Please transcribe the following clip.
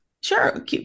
sure